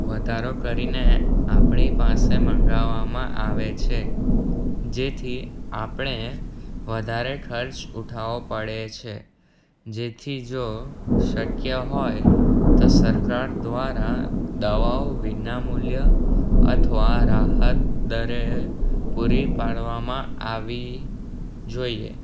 વધારો કરીને આપણી પાસે મંગાવવામાં આવે છે જેથી આપણે વધારે ખર્ચ ઉઠાવો પડે છે જેથી જો શક્ય હોય તો સરકાર દ્વારા દવાઓ વિના મૂલ્ય અથવા રાહત દરે પૂરી પાડવામાં આવી જોઈએ